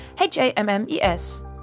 H-A-M-M-E-S